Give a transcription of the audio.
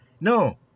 no